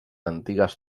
antigues